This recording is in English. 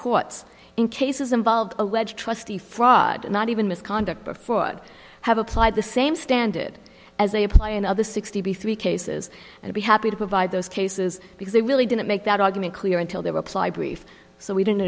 courts in cases involved allege trustee fraud not even misconduct before i have applied the same standard as they apply in other sixty three cases and be happy to provide those cases because they really didn't make that argument clear until they reply brief so we didn't